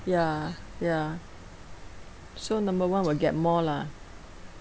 ya ya so number one will get more lah